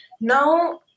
now